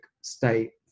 state